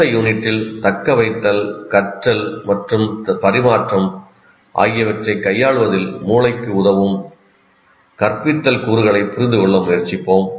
அடுத்த யூனிட்டில் தக்கவைத்தல் கற்றல் மற்றும் பரிமாற்றம் ஆகியவற்றைக் கையாள்வதில் மூளைக்கு உதவும் கற்பித்தல் கூறுகளைப் புரிந்து கொள்ள முயற்சிப்போம்